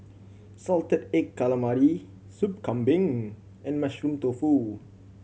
salted egg calamari Sup Kambing and Mushroom Tofu